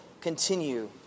continue